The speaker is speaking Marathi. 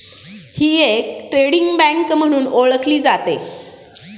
ही एक ट्रेडिंग बँक म्हणून ओळखली जाते